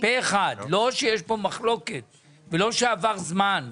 פה אחד, ללא מחלוקת וללא שעבר זמן,